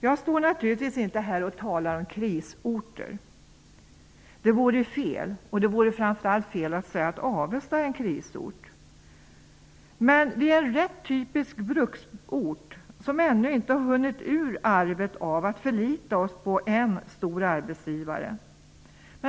Jag står naturligtvis inte här och talar om krisorter. Det vore fel. Framför allt vore det fel att säga att Avesta är en krisort. Avesta är i stället en rätt typisk bruksort som ännu inte kommit från arvet när det gäller att förlita sig på en stor arbetsgivare.